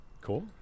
Cool